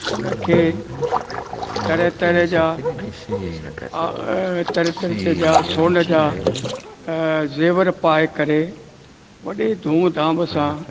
उनखे तरह तरह जा तरह तरीत जा सोन जा ज़ेवर पाए करे वॾे धूम धाम सां